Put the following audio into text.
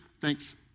Thanks